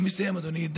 אני מסיים, אדוני.